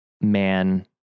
man